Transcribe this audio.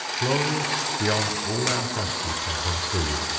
glorious beyond all our fancy can conceive,